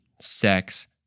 sex